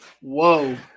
Whoa